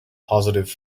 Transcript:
positive